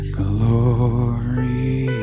glory